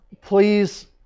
Please